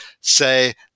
say